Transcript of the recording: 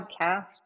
podcast